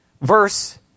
verse